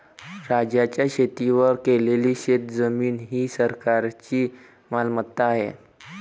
राज्याच्या शेतीवर केलेली शेतजमीन ही सरकारची मालमत्ता आहे